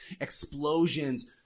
explosions